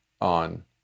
on